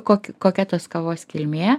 kokia kokia tos kavos kilmė